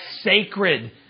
sacred